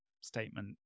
statement